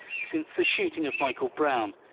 since the shooting of michael brown.